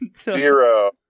Zero